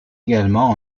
également